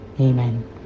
Amen